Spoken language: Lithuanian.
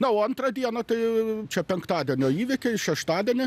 na o antrą dieną tai čia penktadienio įvykiai šeštadienį